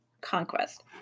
Conquest